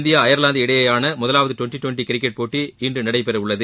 India Ireland இடையேயான முதலாவது twenty twenty cricket போட்டி இன்று நடைபெறவுள்ளது